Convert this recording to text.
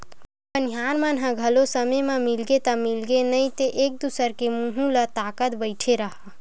बनिहार मन ह घलो समे म मिलगे ता मिलगे नइ ते एक दूसर के मुहूँ ल ताकत बइठे रहा